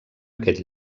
aquest